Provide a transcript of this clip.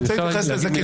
אני רוצה להתייחס לזה,